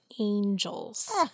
angels